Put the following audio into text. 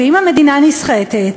ואם המדינה נסחטת,